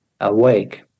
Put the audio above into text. awake